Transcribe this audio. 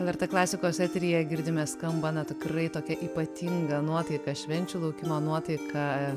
lrt klasikos eteryje girdime skamba na tikrai tokia ypatinga nuotaika švenčių laukimo nuotaiką